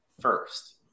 first